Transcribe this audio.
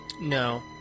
No